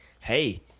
hey